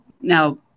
Now